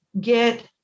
get